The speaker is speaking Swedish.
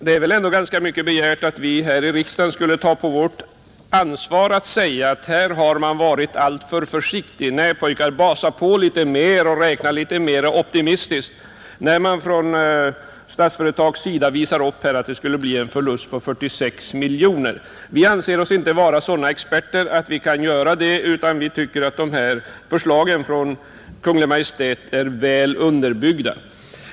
Det är väl ändå ganska mycket begärt att vi här i riksdagen, när Statsföretag i sina beräkningar kommer fram till en förlust på 46 miljoner kronor, skulle ta på oss ansvaret att säga: Här har man varit alltför försiktig — nej, pojkar, basa på litet mer och räkna litet mer optimistiskt. Vi anser oss inte vara sådana experter att vi kan göra det, utan vi tycker att Kungl. Maj:ts förslag är väl underbyggda.